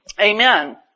Amen